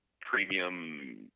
premium